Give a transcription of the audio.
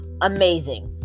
amazing